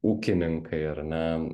ūkininkai ar ne